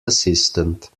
assistant